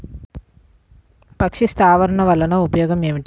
పక్షి స్థావరాలు వలన ఉపయోగం ఏమిటి?